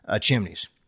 chimneys